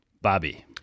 Bobby